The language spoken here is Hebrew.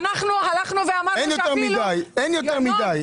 אין יותר מדי.